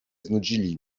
znudzili